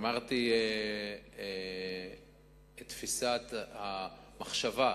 אמרתי את תפיסת המחשבה,